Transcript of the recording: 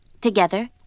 Together